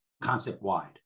concept-wide